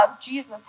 Jesus